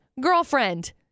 girlfriend